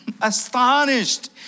astonished